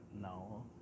no